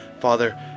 Father